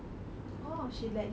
oh she let you ah